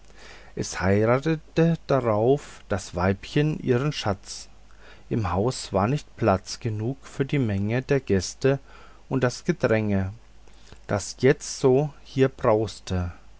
es heiratete drauf das weibchen ihren schatz im hause war nicht platz genug für die menge der gäste und das gedränge das jetzo hier brauste